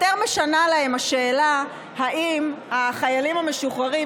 יותר משנה להם השאלה אם החיילים המשוחררים,